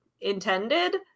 intended